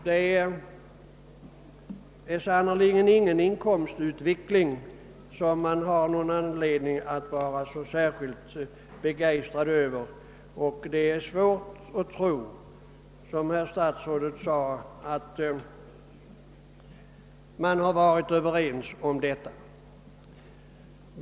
Det är sannerligen ingen inkomstutveckling som jordbrukarna har anledning vara särskilt begeistrade över, och det är svårt att tro att man, som statsrådet sade, har varit överens om att den är tillfredsställande.